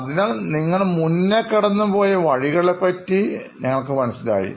അതിനാൽ നിങ്ങൾ മുന്നേ കടന്നു പോയ വഴികളെപ്പറ്റി ഞങ്ങൾക്ക് മനസ്സിലായി